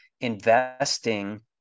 investing